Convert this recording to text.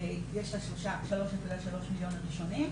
יש את ה-3.3 מיליון שקלים הראשונים,